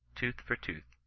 tooth for tooth,